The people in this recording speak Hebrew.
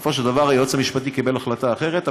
בסופו של דבר היועץ המשפטי קיבל החלטה אחרת,